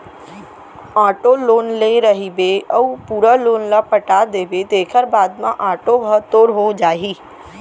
auto loan ले रहिबे अउ पूरा लोन ल पटा देबे तेखर बाद म आटो ह तोर हो जाही